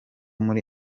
muri